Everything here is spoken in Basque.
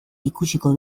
ikusiko